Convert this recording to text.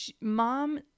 Mom